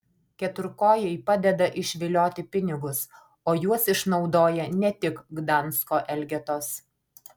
keturkojai padeda išvilioti pinigus o juos išnaudoja ne tik gdansko elgetos